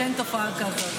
שאין תופעה כזאת,